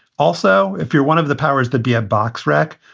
also, if you're one of the powers that be a box rack,